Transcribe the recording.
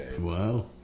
Wow